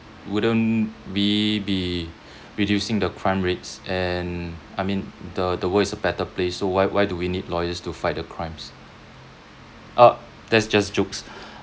wouldn't we be reducing the crime rates and I mean the the world is a better place so why why do we need lawyers to fight the crimes ah that's just jokes